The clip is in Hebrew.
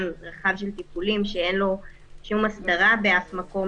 רחב של טיפולים שאין לו שום הסדרה באף מקום,